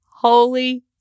Holy